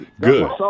Good